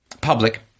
public